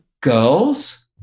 Girls